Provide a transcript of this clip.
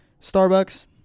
Starbucks